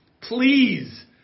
please